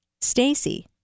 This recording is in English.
Stacy